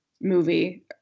movie